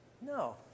No